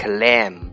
Claim